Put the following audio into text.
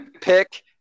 pick